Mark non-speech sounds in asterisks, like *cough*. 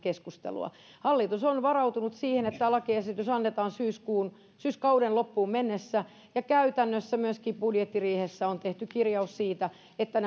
*unintelligible* keskustelua hallitus on varautunut siihen että tämä lakiesitys annetaan syyskauden loppuun mennessä ja käytännössä myöskin budjettiriihessä on tehty kirjaus siitä että *unintelligible*